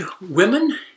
women